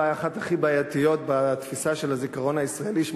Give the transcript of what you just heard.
אולי אחת הכי בעייתיות בתפיסה של הזיכרון הישראלי,